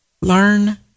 Learn